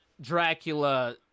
Dracula